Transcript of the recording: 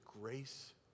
grace